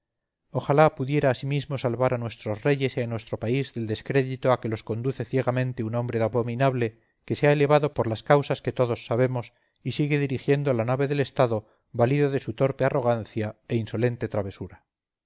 ojalá pudiera asimismo salvar a nuestros reyes y a nuestro país del descrédito a que los conduce ciegamente un hombre abominable que se ha elevado por las causas que todos sabemos y sigue dirigiendo la nave del estado valido de su torpe arrogancia e insolente travesura